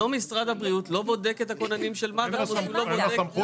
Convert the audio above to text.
היום משרד הבריאות לא בודק את הכוננים של מד"א ולא בודק -- לא של מד"א,